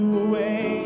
away